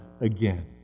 again